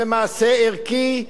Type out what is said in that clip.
זה מעשה ערכי,